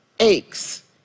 aches